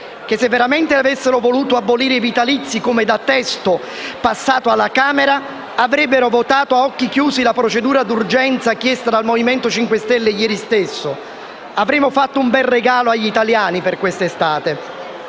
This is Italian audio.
che, se veramente avessero voluto abolire i vitalizi, come da testo passato alla Camera, avrebbero votato a occhi chiusi la procedura d'urgenza chiesta dal Movimento 5 Stelle e ieri stesso avremmo fatto un bel regalo agli italiani per questa estate.